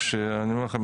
אני אומר לכם,